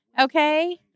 Okay